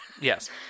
Yes